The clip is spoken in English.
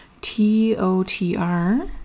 T-O-T-R